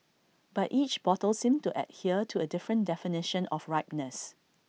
but each bottle seemed to adhere to A different definition of ripeness